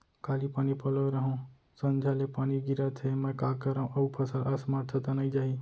काली पानी पलोय रहेंव, संझा ले पानी गिरत हे, मैं का करंव अऊ फसल असमर्थ त नई जाही?